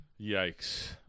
Yikes